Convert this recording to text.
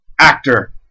actor